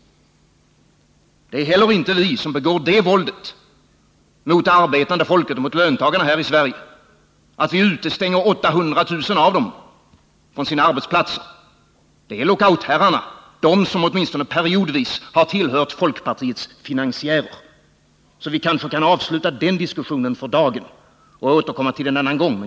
Det är inte heller vi som begår det våldet mot det arbetande folket, mot löntagarna här i Sverige, att vi utestänger 800000 av dem från sina arbetsplatser. Det är lockoutherrarna, de som åtminstone periodvis har tillhört folkpartiets finansiärer. Så vi kanske för dagen kan avsluta denna diskussion och återkomma till den en annan gång.